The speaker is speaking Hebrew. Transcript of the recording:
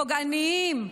פוגעניים,